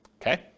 okay